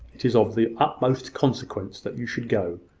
it is of the utmost consequence that you should go.